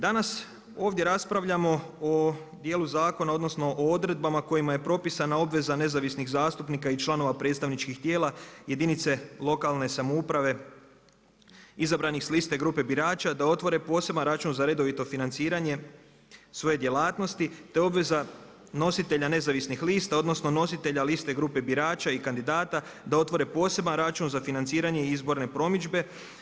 Danas, ovdje raspravljamo o dijelu zakona, odnosno o odredbama kojima je propisana obveza nezavisnih zastupnika i članova predstavničkih tijela jedinica lokalne samouprave izabranih s liste grupe birača da otvore poseban račun za redovito financiranje svoje djelatnosti, te obveza nositelja nezavisnih lista, odnosno, nositelja liste grupe birača i kandidata da otvore poseban račun za financiranje izborne promidžbe.